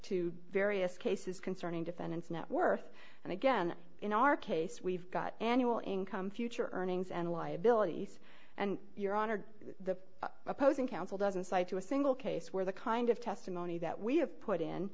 to various cases concerning defendant's net worth and again in our case we've got annual income future earnings and liabilities and your honor the opposing counsel doesn't cite to a single case where the kind of testimony that we have put in